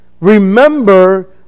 remember